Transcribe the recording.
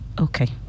Okay